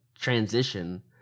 transition